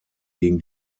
gegen